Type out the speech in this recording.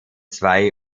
zwei